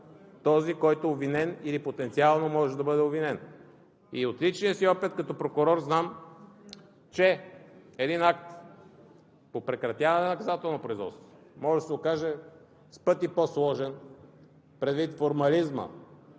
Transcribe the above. този, който е обвинен или потенциално може да бъде обвинен. От личния си опит като прокурор знам, че един акт по прекратяване на наказателно производство може да се окаже с пъти по-сложен, предвид формализма